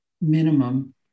minimum